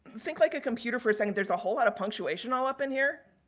think like a computer for a second. there's a whole lot of punctuation all up in here.